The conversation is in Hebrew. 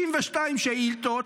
62 שאילתות,